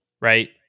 right